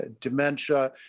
dementia